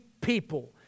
people